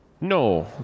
No